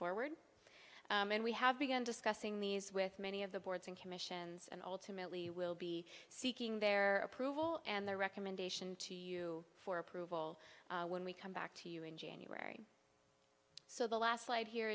forward and we have begun discussing these with many of the boards and commissions and ultimately we'll be seeking their approval and their recommendation to you for approval when we come back to you in january so the last slide here